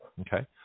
Okay